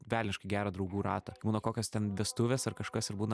velniškai gerą draugų ratą būna kokios ten vestuvės ar kažkas ir būna